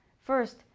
First